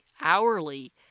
hourly